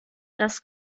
das